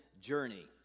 journey